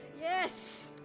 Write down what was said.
Yes